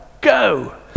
go